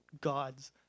gods